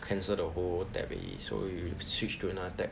cancel the whole tab already so you switch to another tab